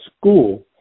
school